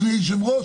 אדוני היושב-ראש,